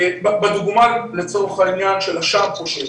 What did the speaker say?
בדוגמה לצורך העניין של השמפו שהבאת.